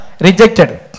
Rejected